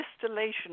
distillation